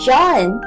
John